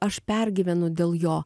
aš pergyvenu dėl jo